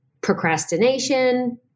procrastination